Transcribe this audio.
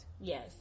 Yes